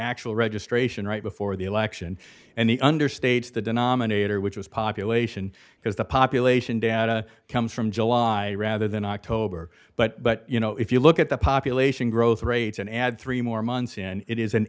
actual registration right before the election and the understates the denominator which was population because the population data comes from july rather than october but you know if you look at the population growth rates and add three more months and it is an